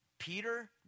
Peter